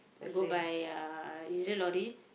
go by uh using lorry